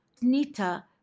Nita